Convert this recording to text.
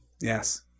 Yes